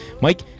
Mike